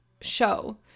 show